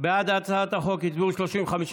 להעביר את הצעת חוק ביטוח בריאות ממלכתי (תיקון,